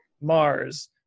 Mars